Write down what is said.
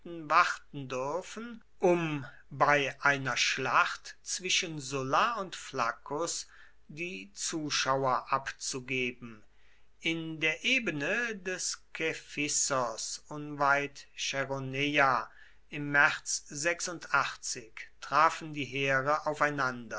warten dürfen um bei einer schlacht zwischen sulla und flaccus die zuschauer abzugeben in der ebene des kephissos unweit chäroneia im märz trafen die heere aufeinander